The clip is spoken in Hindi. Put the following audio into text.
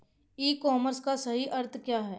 ई कॉमर्स का सही अर्थ क्या है?